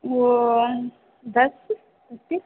वह दस ओके